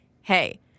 hey